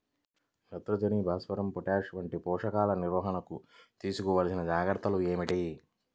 నత్రజని, భాస్వరం, పొటాష్ వంటి పోషకాల నిర్వహణకు తీసుకోవలసిన జాగ్రత్తలు ఏమిటీ?